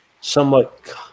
somewhat